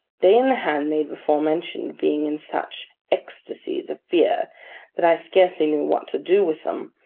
they and the handmaid before mentioned, being in such ecstasies of fear that i scarcely knew what to do with them,